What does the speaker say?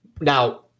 now